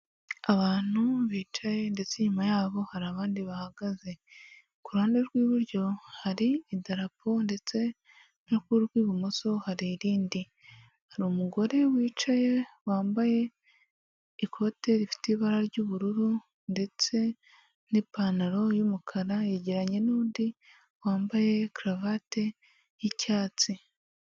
Abantu bicaye ndetse inyuma yaho hari abandi bahagaze ku ruhande rw'iburyo hari idarapo ndetse no ku rw'ibumoso hari irindi, hari umugore wicaye wambaye ikote rifite ibara ry'ubururu ndetse n'ipantaro y'umukara yegeranye n'undi wambaye karuvate y'icyatsi.